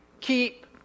Keep